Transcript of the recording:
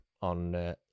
on